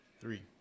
Three